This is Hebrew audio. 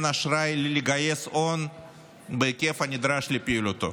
האשראי לגייס הון בהיקף הנדרש לפעילותו.